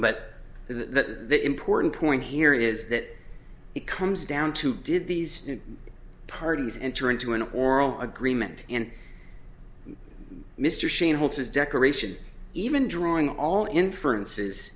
but the important point here is that it comes down to did these parties enter into an oral agreement and mr sheen holds his decoration even drawing all inferences